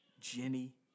Jenny